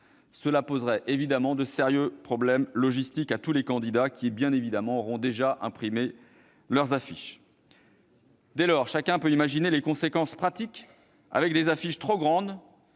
Cela poserait de sérieux problèmes logistiques à tous les candidats, qui, bien évidemment, auront déjà imprimé leurs affiches. Dès lors, chacun peut imaginer les conséquences pratiques avec des affiches trop grandes